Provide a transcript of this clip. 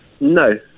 No